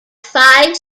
five